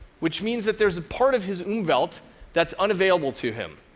which means that there's a part of his umwelt that's unavailable to him.